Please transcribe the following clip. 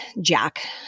Jack